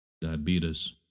Diabetes